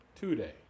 today